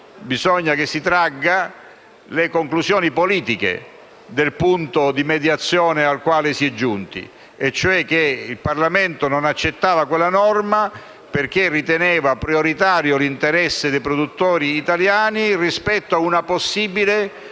dobbiamo trarre le conclusioni politiche del punto di mediazione al quale si è giunti. Il Parlamento non accettava quella norma perché riteneva prioritario l'interesse dei produttori italiani rispetto ad una possibile